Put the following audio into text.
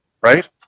right